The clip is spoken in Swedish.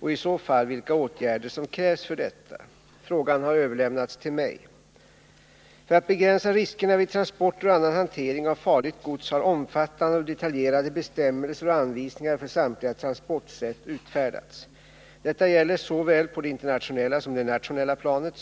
och, i så fall, vilka åtgärder som krävs för detta. Frågan har överlämnats till mig. För att begränsa riskerna vid transporter och annan hantering av farligt gods har omfattande och detaljerade bestämmelser och anvisningar för samtliga transportsätt utfärdats. Detta gäller såväl på det internationella som det nationella planet.